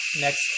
next